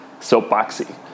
soapboxy